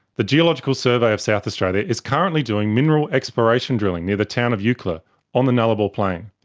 the geological survey of south australia is currently doing mineral exploration drilling near the town of eucla on the nullarbor plain.